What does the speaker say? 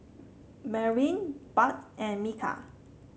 Merwin Budd and Micah